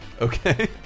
Okay